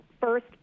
first